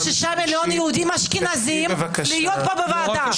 6 מיליון יהודים אשכנזים להיות פה בוועדה.